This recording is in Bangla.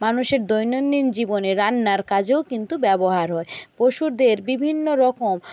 মানুষের দৈনন্দিন জীবনে রান্নার কাজেও কিন্তু ব্যবহার হয় পশুদের বিভিন্ন রকম